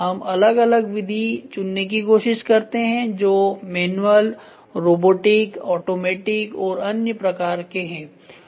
हम अलग अलग विधि चुनने की कोशिश करते हैं जो मैन्युअल रोबोटिक ऑटोमेटिक और अन्य प्रकार के हैं